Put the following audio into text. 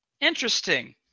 interesting